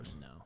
No